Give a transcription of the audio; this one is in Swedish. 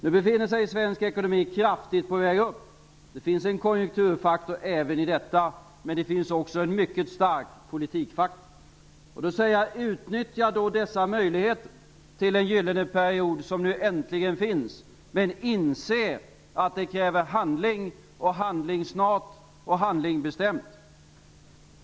Nu befinner sig svensk ekonomi kraftigt på väg upp. Det finns en konjunkturfaktor även i detta, men det finns också en mycket stark politikfaktor. Då säger jag: Utnyttja då dessa möjligheter till en gyllene period, som nu äntligen finns, men inse att det kräver handling och handling snart och handling bestämt!